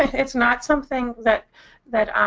it's not something that that